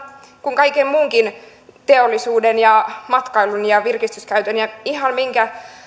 kuin kaiken muunkin teollisuuden ja matkailun ja virkistyskäytön ja ihan minkä